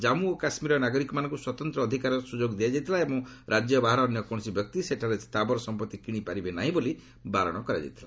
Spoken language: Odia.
ଜାମ୍ମୁ ଓ କାଶ୍ମୀରର ନାଗରିକମାନଙ୍କୁ ସ୍ୱତନ୍ତ୍ର ଅଧିକାର ଓ ସୁଯୋଗ ଦିଆଯାଇଥିଲା ଏବଂ ରାଜ୍ୟ ବାହାରର ଅନ୍ୟ କୌଣସି ବ୍ୟକ୍ତି ସେଠାରେ ସ୍ଥାବର ସମ୍ପଭି କିଣିପାରିବେ ନାହିଁ ବୋଲି ବାରଣ କରାଯାଇଥିଲା